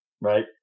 Right